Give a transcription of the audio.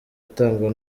atangwa